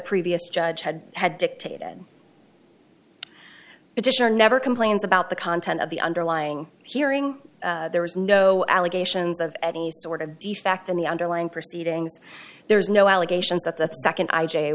previous judge had had dictated it sure never complains about the content of the underlying hearing there was no allegations of any sort of defect in the underlying proceedings there's no allegations that the second i j